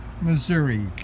Missouri